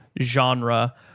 genre